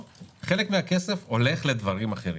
וחלק מהכסף הולך לדברים אחרים,